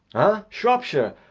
ah? shropshire?